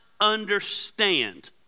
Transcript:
understand